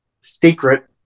secret